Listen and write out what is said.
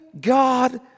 God